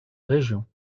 région